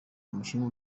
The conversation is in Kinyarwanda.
umukinnyi